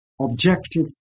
objective